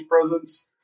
presence